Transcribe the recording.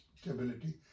stability